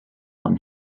and